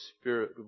Spirit